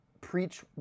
preach